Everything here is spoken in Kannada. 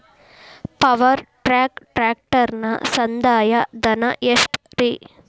ಪವರ್ ಟ್ರ್ಯಾಕ್ ಟ್ರ್ಯಾಕ್ಟರನ ಸಂದಾಯ ಧನ ಎಷ್ಟ್ ರಿ?